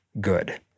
good